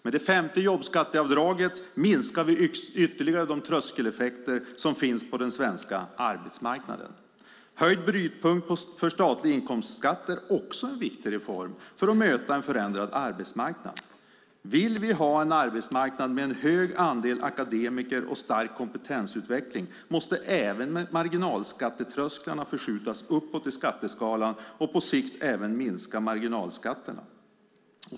Med det femte jobbskatteavdraget minskar vi ytterligare de tröskeleffekter som finns på den svenska arbetsmarknaden. Höjd brytpunkt för statlig inkomstskatt är också en viktig reform för att möta en förändrad arbetsmarknad. Vill vi ha en arbetsmarknad med en hög andel akademiker och stark kompetensutveckling måste även marginalskattetrösklarna förskjutas uppåt i skatteskalan och på sikt även minska marginalskatterna.